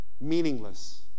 Meaningless